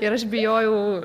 ir aš bijojau